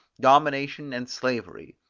domination and slavery,